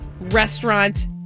restaurant